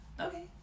okay